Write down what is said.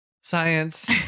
Science